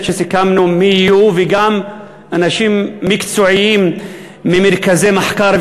שסיכמנו מי יהיו וגם אנשים מקצועיים ממרכזי מחקר,